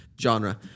genre